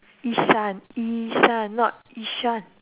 yee-shan yee-shan not ishan